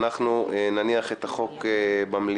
אנחנו נניח את החוק במליאה,